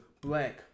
black